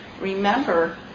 remember